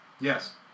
Yes